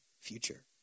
future